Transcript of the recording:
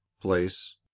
place